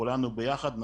כולנו ביחד,